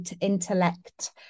intellect